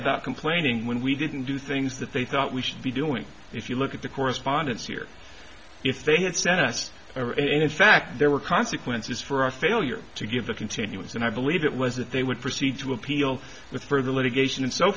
about complaining when we didn't do things that they thought we should be doing if you look at the correspondence here if they had sent us or any fact there were consequences for our failure to give a continuance and i believe it was that they would proceed to appeal with further litigation and so